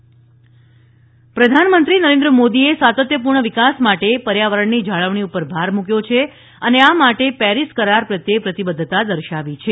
sustainable development summit પ્રધાનમંત્રી નરેન્દ્ર મોદીએ સાતત્યપૂર્ણ વિકાસ માટે પર્યાવરણની જાળવણી પર ભાર મુકવો છે અને આ માટે પેરીસ કરાર પ્રત્યે પ્રતિબદ્ધતા દર્શાવી છે